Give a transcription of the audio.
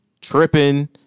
tripping